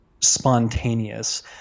spontaneous